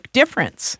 difference